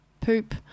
poop